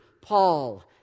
Paul